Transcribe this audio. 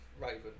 Raven